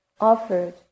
offered